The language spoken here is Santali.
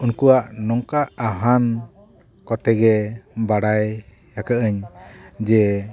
ᱩᱱᱠᱩᱣᱟᱜ ᱱᱚᱝᱠᱟ ᱟᱦᱟᱱ ᱠᱚᱛᱮᱜᱮ ᱵᱟᱲᱟᱭ ᱟᱠᱟᱫᱟᱹᱧ ᱡᱮ